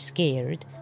Scared